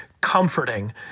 comforting